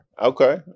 Okay